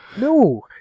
No